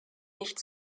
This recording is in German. nicht